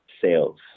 sales